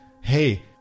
hey